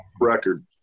record